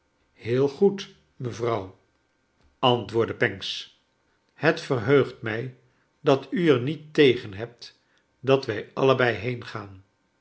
heel goed mevrouw antwoordde charles dickens pancks het verheugt mij dat u er j xiiet tegen hebt dat wij allebei